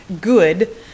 good